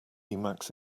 emacs